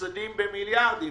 מופסדים במיליארדים.